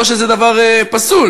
לא שזה דבר פסול,